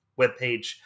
webpage